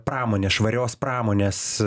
pramonės švarios pramonės